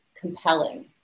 compelling